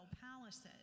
palaces